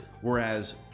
Whereas